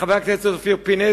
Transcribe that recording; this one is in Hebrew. חבר הכנסת אופיר פינס,